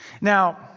Now